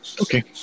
Okay